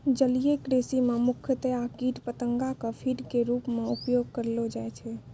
जलीय कृषि मॅ मुख्यतया कीट पतंगा कॅ फीड के रूप मॅ उपयोग करलो जाय छै